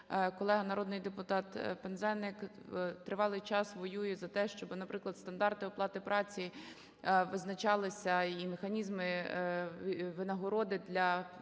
колега народний депутат Пинзеник тривалий час воює за те, щоб, наприклад, стандарти оплати праці визначались і механізми винагороди,